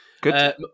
Good